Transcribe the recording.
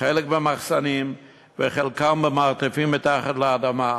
חלק במחסנים וחלקם במרתפים מתחת לאדמה.